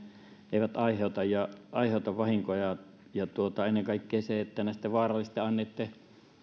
ne eivät aiheuta vahinkoja ennen kaikkea kun näissä vaarallisten aineitten